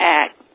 act